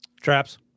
Traps